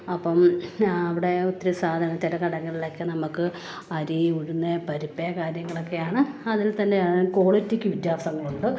അപ്പം അവിടെ ഒത്തിരി സാധനത്തിന് ചില കടകളിലൊക്കെ നമ്മൾക്ക് അരി ഉഴുന്ന് പരിപ്പ് കാര്യങ്ങളൊക്കെയാണ് അതിൽ തന്നെയാണ് ക്വാളിറ്റിക്ക് വ്യത്യാസങ്ങളുണ്ട്